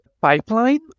pipeline